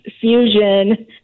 fusion